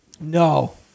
No